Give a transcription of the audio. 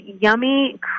yummy